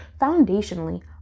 Foundationally